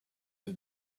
the